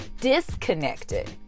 disconnected